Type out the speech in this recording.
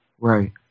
Right